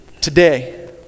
today